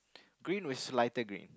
green with slighter green